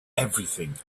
everything